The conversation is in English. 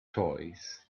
toys